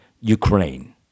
Ukraine